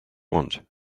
want